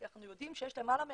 אנחנו יודעים שיש למעלה מ-10,000,